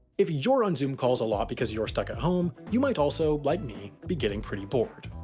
if you're on zoom calls a lot because you're stuck at home, you might also, like me, be getting pretty bored.